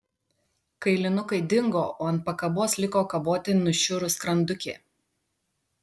kailinukai dingo o ant pakabos liko kaboti nušiurus skrandukė